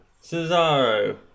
Cesaro